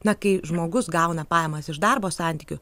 na kai žmogus gauna pajamas iš darbo santykių